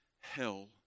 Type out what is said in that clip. hell